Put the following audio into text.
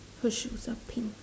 her shoes are pink